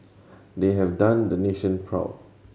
they have done the nation proud